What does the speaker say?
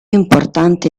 importanti